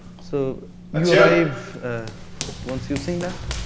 so you arrive once you sing that,